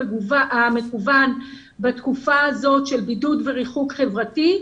המקוון בתקופה הזאת של בידוד וריחוק חברתי,